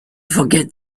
forget